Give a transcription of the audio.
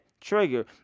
trigger